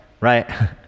Right